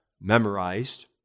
memorized